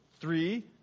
three